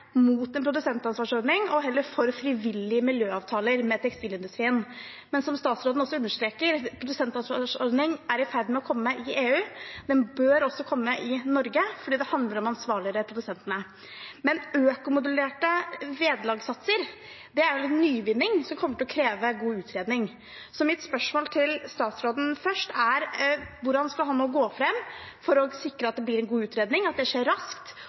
mot en produsentansvarsordning og heller for frivillige miljøavtaler med tekstilindustrien. Men som statsråden også understreker, er en produsentansvarsordning i ferd med å komme i EU. Den bør også komme i Norge, for det handler om å ansvarliggjøre produsentene. Økomodulerte vederlagssatser er litt nyvinning som kommer til å kreve god utredning. Mitt spørsmål til statsråden er først hvordan han nå skal gå fram for å sikre at det blir en god utredning, at den skjer raskt,